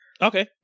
Okay